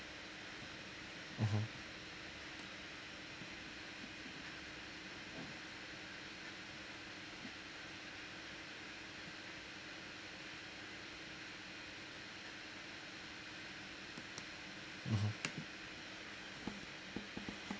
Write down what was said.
mmhmm mmhmm